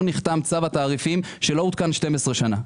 נחתם צו התעריפים שלא עודכן 12 שנה.